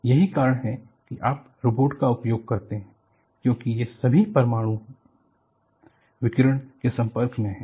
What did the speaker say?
यही कारण है कि आप रोबोट का उपयोग करते है क्योंकि ये सभी परमाणु है विकिरण के संपर्क में है